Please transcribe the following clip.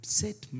set